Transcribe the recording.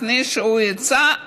לפני שהוא יצא,